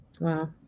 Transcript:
Wow